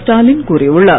ஸ்டாலின் கூறியுள்ளார்